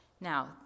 Now